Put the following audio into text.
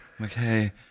Okay